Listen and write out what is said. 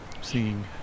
seeing